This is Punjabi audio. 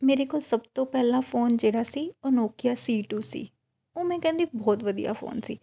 ਮੇਰੇ ਕੋਲ ਸਭ ਤੋਂ ਪਹਿਲਾ ਫੋਨ ਜਿਹੜਾ ਸੀ ਉਹ ਨੋਕੀਆ ਸੀ ਟੂ ਸੀ ਉਹ ਮੈਂ ਕਹਿੰਦੀ ਬਹੁਤ ਵਧੀਆ ਫੋਨ ਸੀ